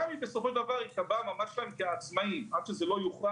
גם אם בסופו של דבר יקבע המעמד שלהם כעצמאי עד שזה לא יוכרע,